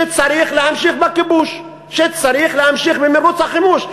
שצריך להמשיך בכיבוש, שצריך להמשיך במירוץ החימוש.